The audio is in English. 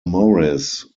morris